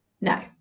no